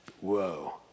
Whoa